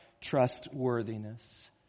trustworthiness